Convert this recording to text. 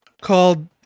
called